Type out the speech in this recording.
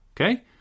Okay